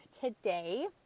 today